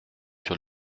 sur